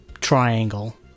triangle